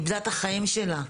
היא איבדה את החיים שלה,